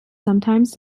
sometimes